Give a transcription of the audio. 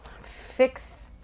fix